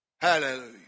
hallelujah